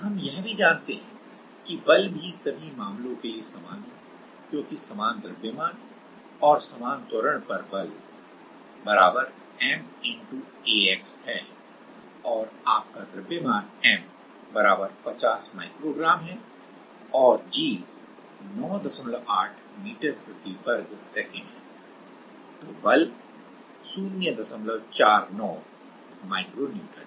और हम यह भी जानते हैं कि बल भी सभी मामलों के लिए समान है क्योंकि समान द्रव्यमान और समान त्वरण पर बल m ax है और आपका द्रव्यमान m 50 माइक्रो ग्राम है और g 98 मीटर प्रति वर्ग सेकंड है तो बल 049 माइक्रो न्यूटन है